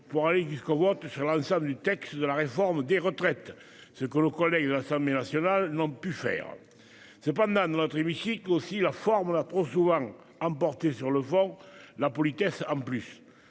ainsi allé jusqu'au vote sur l'ensemble, ce que nos collègues de l'Assemblée nationale n'ont pu faire. Cependant, dans notre hémicycle aussi, la forme l'a trop souvent emporté sur le fond, la politesse en plus.